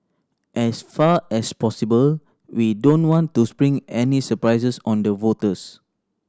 as far as possible we don't want to spring any surprises on the voters